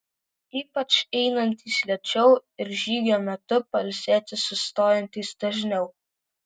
ypač einantys lėčiau ir žygio metu pailsėti sustojantys dažniau